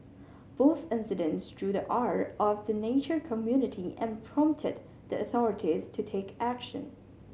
both incidents drew the ire of the nature community and prompted the authorities to take action